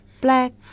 Black